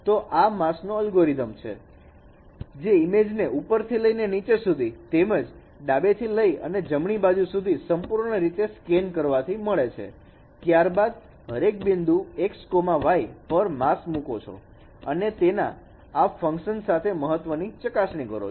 તો આ માસનો અલ્ગોરિધમ છે જે ઇમેજને ઉપરથી લઈને નીચે સુધી તેમજ ડાબેથી જમણી બાજુ સુધી સંપૂર્ણ રીતે સ્કેન કરવા થી મળે છે ત્યારબાદ હરેક બિંદુ xy પર માસ્ક મૂકો અને તેના આ ફંકશન સાથેના મહત્વની ચકાસણી કરો